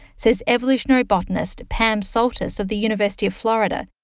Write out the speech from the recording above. says evolutionary botanist pam soltis of the university of florida.